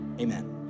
amen